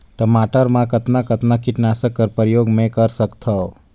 टमाटर म कतना कतना कीटनाशक कर प्रयोग मै कर सकथव?